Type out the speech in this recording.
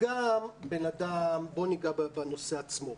בוא ניגע בנושא עצמו.